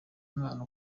umwana